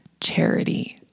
charity